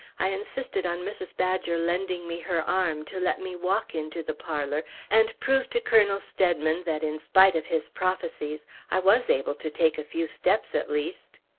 i insisted on mrs. badger lending me her arm, to let me walk into the parlor and prove to colonel steadman that in spite of his prophecies i was able to take a few steps at least.